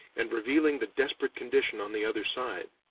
and revealing the desperate condition on the other side.